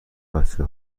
بچه